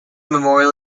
memorial